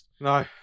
No